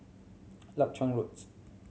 Leuchar Roads